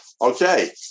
Okay